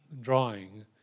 drawing